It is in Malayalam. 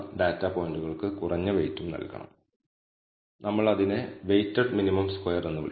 ഓരോ സ്ക്വയർ അളവുകളും ഒരു χ സ്ക്വയർ വേരിയബിളാണ് കാരണം ഇത് ഒരു നോർമൽ വേരിയബിളിന്റെ ഒരു സ്ക്വയർ ആണ്